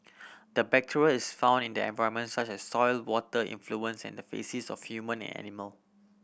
the bacteria is found in the environment such as soil water effluents and the faces of human and animal